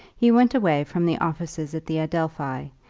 he went away from the offices at the adelphi,